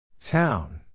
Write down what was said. Town